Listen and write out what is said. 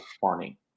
funny